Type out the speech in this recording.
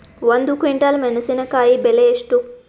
ಒಂದು ಕ್ವಿಂಟಾಲ್ ಮೆಣಸಿನಕಾಯಿ ಬೆಲೆ ಎಷ್ಟು?